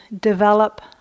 develop